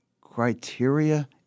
criteria